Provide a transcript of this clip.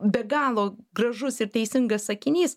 be galo gražus ir teisingas sakinys